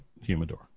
humidor